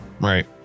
Right